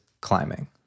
climbing